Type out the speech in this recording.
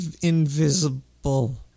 invisible